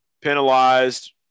penalized